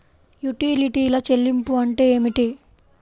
యుటిలిటీల చెల్లింపు అంటే ఏమిటి?